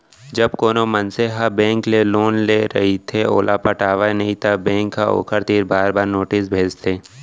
जब कोनो मनसे ह बेंक ले जेन लोन ले रहिथे ओला पटावय नइ त बेंक ह ओखर तीर बार बार नोटिस भेजथे